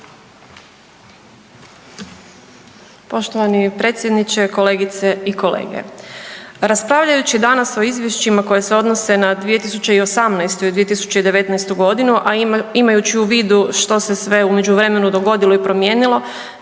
Poštovani predsjedniče, kolegice i kolege, pa raspravljajući danas o izvješćima koja se odnose na 2018. i 2019. godinu, a imajući u vidu što se sve u međuvremenu dogodilo i promijenilo